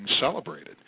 celebrated